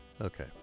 Okay